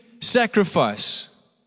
sacrifice